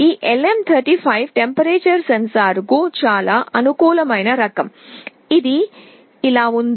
ఈ LM35 ఉష్ణోగ్రత sensor యొక్క చాలా అనుకూలమైన రకం ఇది ఇలా ఉంది